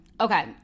Okay